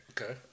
Okay